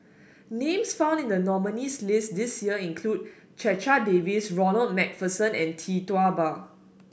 names found in the nominees' list this year include Checha Davies Ronald MacPherson and Tee Tua Ba